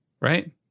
Right